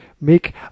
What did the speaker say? Make